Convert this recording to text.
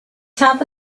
top